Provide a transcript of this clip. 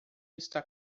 está